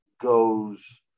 goes